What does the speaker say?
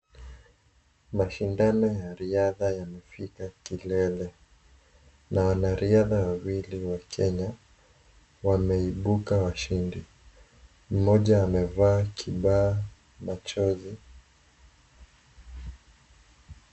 Mashindano ya riadhaa yamefika kilele na wanariadha wawili wa kenya , wameibuka washindi mmoja amevaa kibaa machoni.